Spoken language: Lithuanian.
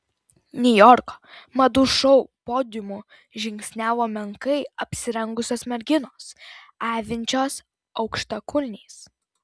niujorko madų šou podiumu žingsniavo menkai apsirengusios merginos avinčios aukštakulniais